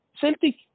Celtic